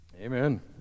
Amen